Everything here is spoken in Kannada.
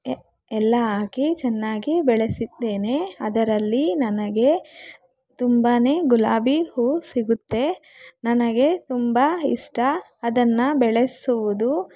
ಎಲ್ಲ ಹಾಕಿ ಚೆನ್ನಾಗಿ ಬೆಳೆಸಿದ್ದೇನೆ ಅದರಲ್ಲಿ ನನಗೆ ತುಂಬಾ ಗುಲಾಬಿ ಹೂ ಸಿಗುತ್ತೆ ನನಗೆ ತುಂಬ ಇಷ್ಟ ಅದನ್ನು ಬೆಳೆಸುವುದು